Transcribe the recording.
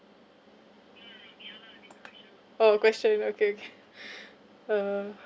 oh question okay okay uh